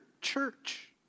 church